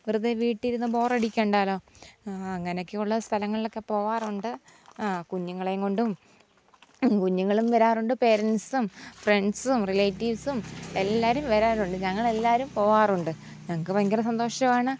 വെറുതെ വീട്ടിലിരുന്നു ബോറടിക്കണ്ടല്ലോ അങ്ങനെയൊക്കെയുള്ള സ്ഥലങ്ങളിലൊക്കെ പോകാറുണ്ട് ആ കുഞ്ഞുങ്ങളെയും കൊണ്ടും കുഞ്ഞുങ്ങളും വരാറുണ്ട് പേരൻസും ഫ്രണ്ട്സും റീലേറ്റീവ്സും എല്ലാവരും വരാറുണ്ട് ഞങ്ങളെല്ലാവരും പോകാറുണ്ട് ഞങ്ങൾക്കു ഭയങ്കര സന്തോഷമാണ്